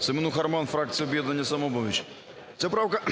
Семенуха Роман, фракція "Об'єднання "Самопоміч". Ця правка